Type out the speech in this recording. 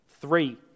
Three